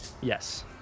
Yes